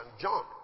John